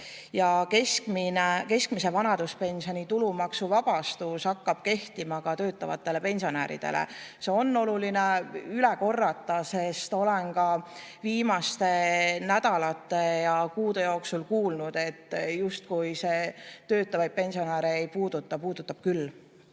ära. Keskmise vanaduspensioni tulumaksuvabastus hakkab kehtima ka töötavate pensionäride kohta. Seda on oluline üle korrata, sest olen ka viimaste nädalate ja kuude jooksul kuulnud, et see justkui töötavaid pensionäre ei puudutaks. Puudutab küll.